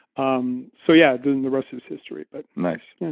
um so yeah, then the rest is history. but nice. yeah